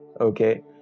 okay